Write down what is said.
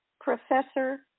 Professor